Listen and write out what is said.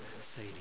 say